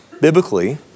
Biblically